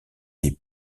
les